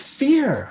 fear